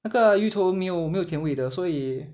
那个芋头没有没有甜味的所以